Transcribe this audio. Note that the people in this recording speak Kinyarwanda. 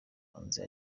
hanze